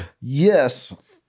Yes